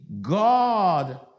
God